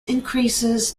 increases